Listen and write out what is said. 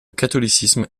catholicisme